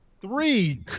Three